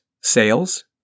sales